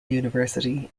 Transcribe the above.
university